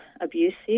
abusive